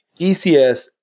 ECS